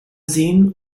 seen